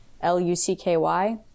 l-u-c-k-y